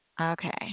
Okay